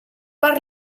per